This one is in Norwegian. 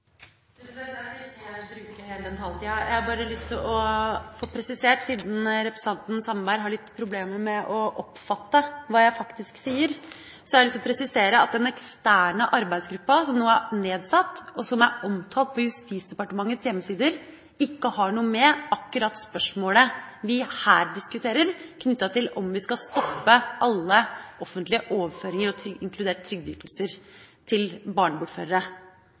President, jeg skal ikke bruke hele den taletida. Jeg har bare lyst til å presisere, siden representanten Sandberg har litt problemer med å oppfatte hva jeg faktisk sier, at den eksterne arbeidsgruppa som nå er nedsatt, og som er omtalt på Justisdepartementets hjemmesider, ikke har noe å gjøre med akkurat spørsmålet vi her diskuterer knyttet til om vi skal stoppe alle offentlige overføringer, inkludert trygdeytelser, til barnebortførere.